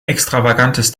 extravagantes